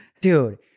Dude